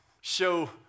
show